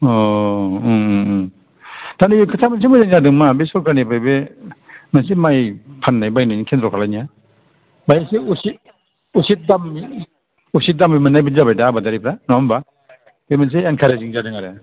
अ' दा नैबे खोथाया मोनसे मोजां जादों मा सरखारनिफ्राय बे मोनसे माइ फाननाय बायनायनि थेनदार खालाम नाया बायसे उसिद उसिद दामनि उसिद दामनि मोननाय बादि जाबाय दा आबादारिफ्रा बे मोनसे एनखारिजिं जादों आरो